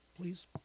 please